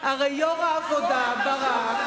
הרי יושב-ראש העבודה ברק,